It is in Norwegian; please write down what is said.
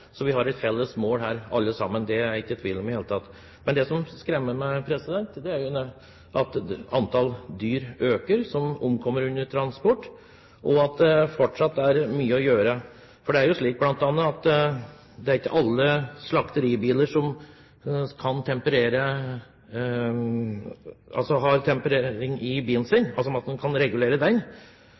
Vi har her et felles mål alle sammen, det er jeg ikke i tvil om i det hele tatt. Men det som skremmer meg, er jo at antall dyr som omkommer under transport, øker. Her er det fortsatt mye å gjøre. Fortsatt er det bl.a. slik at man ikke kan regulere temperaturen inne i alle slakteribiler. Det er også store variasjoner med tanke på hvor i